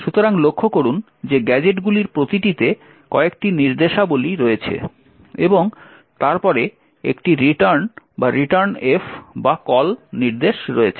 সুতরাং লক্ষ্য করুন যে এই গ্যাজেটগুলির প্রতিটিতে কয়েকটি নির্দেশাবলী রয়েছে এবং তারপরে একটি return বা returnf বা call নির্দেশ রয়েছে